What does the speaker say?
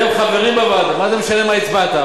מה זה משנה מה הצבעת?